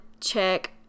check